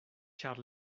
ĉar